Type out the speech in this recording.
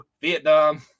Vietnam